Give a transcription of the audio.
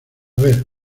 ver